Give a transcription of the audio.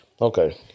Okay